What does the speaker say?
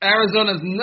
Arizona's